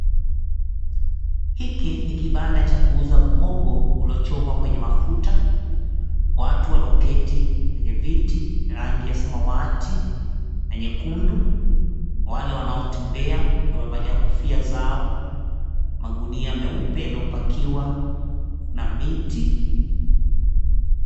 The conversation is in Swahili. Hiki ni kibanda cha kuuza muhogo uliochomwa kwenye mafuta. Watu walioketi kwenye viti rangi ya samawati na nyekundu, wale wanaotembea wamevalia kofia zao, magunia meupe yaliyopakiwa, kuna miti.